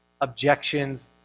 objections